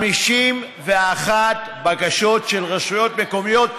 51 בקשות של רשויות מקומיות,